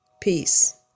peace